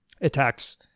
attacks